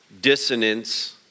dissonance